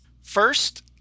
First